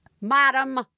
madam